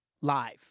live